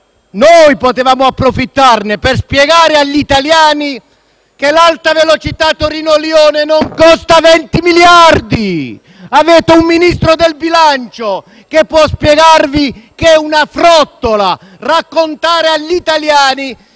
potuto approfittarne in quest'Aula per spiegare agli italiani che l'Alta Velocità Torino-Lione non costa 20 miliardi. Avete un Ministro dell'economia che può spiegarvi che è una frottola raccontare agli italiani